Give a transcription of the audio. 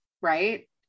right